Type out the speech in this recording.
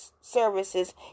services